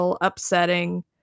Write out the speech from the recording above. upsetting